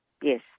Yes